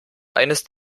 eines